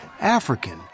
African